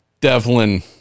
Devlin